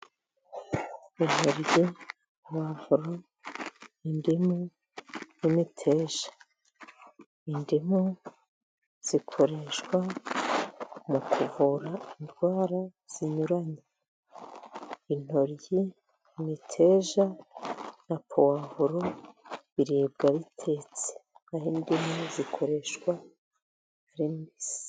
Intoryi, puwavuro, indimu, n'imiteja. Indimu zikoreshwa mu kuvura indwara zinyuranye. Intoryi, imiteja na puwavuro biribwa bitetse. Naho indimi zikoreshwa ari mbisi.